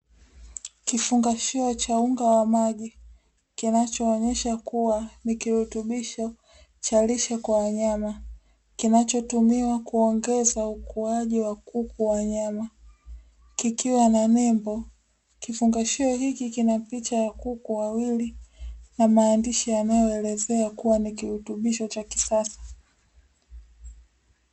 Kifungashio cha unga wa maji kinachoonyesha kuwa ni kirutubisho cha lishe kwa wanyama, kinachotumiwa kuongeza ukuaji wa kuku wa nyama, kikiwa na nembo. Kifungashio hiki kinapicha ya kuku wawili, na maandishi yanayoelezea kuwa ni kirutubisho cha kisasa.